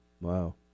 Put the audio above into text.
Wow